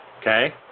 Okay